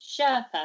Sherpa